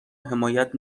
حمایت